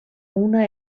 una